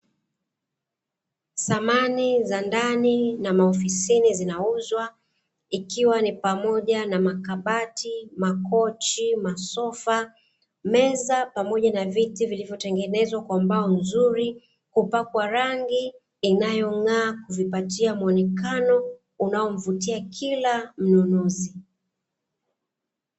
Samani za ndani na maofisini zinauzwa, ikiwa ni pamoja na makabati, makochi, masofa, mezaa pamoja na viti vilivyotengenezwa kwa mbao nzuri, kupakwa rangi inyong'aa kuvipatia muonekano unaomvutia kila mnunuzi..